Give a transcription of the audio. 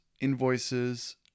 invoices